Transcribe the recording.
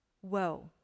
whoa